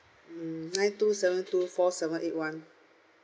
mm nine two seven two four seven eight one